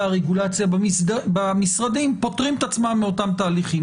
הרגולציה במשרדים פוטרים את עצמם מאותם תהליכים.